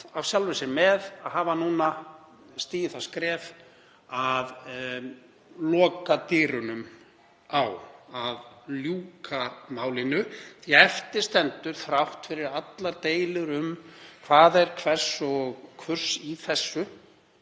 af sjálfri sér með að hafa núna stigið það skref að loka dyrunum á og ljúka því, því að eftir stendur, þrátt fyrir allar deilur um hvað er hvers og hvurs í þessu,